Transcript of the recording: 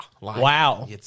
Wow